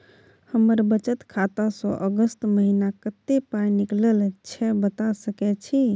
हमर बचत खाता स अगस्त महीना कत्ते पाई निकलल छै बता सके छि?